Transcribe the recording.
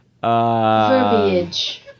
Verbiage